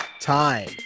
time